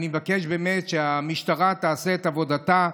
אני מבקש באמת שהמשטרה תעשה את עבודתה,